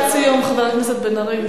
משפט סיום, חבר הכנסת בן-ארי.